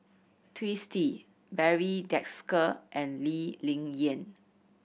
Twisstii Barry Desker and Lee Ling Yen